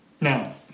Now